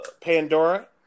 Pandora